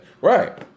Right